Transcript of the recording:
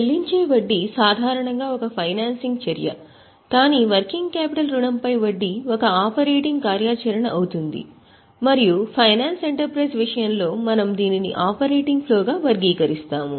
చెల్లించే వడ్డీ సాధారణంగా ఒక ఫైనాన్సింగ్ చర్య కానీ వర్కింగ్ క్యాపిటల్ రుణంపై వడ్డీ ఒక ఆపరేటింగ్ కార్యాచరణ అవుతుంది మరియు ఫైనాన్స్ ఎంటర్ప్రైజ్ విషయంలో మనం దీనిని ఆపరేటింగ్ ఫ్లోగా వర్గీకరిస్తాము